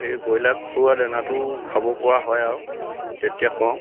এই ব্ৰইলাৰক খোওঁৱা দেনাটো খাবপৰা হয় আৰু তেতিয়া খোৱাওঁ